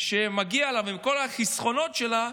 שמגיעות לה ומכל החסכונות שלה,